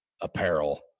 apparel